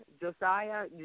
Josiah